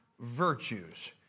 virtues